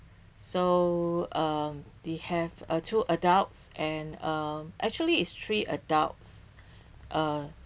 so um they have uh two adults and uh actually is three adults um